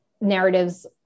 narratives